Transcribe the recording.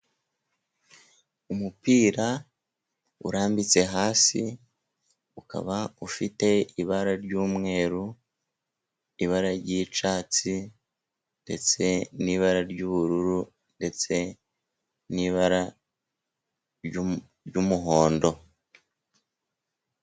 Umupira urambitse hasi, ukaba ufite ibara ry'umweru, ibara ry'icyatsi ndetse n'ibara ry'ubururu, ndetse n'ibara ry'umuhondo.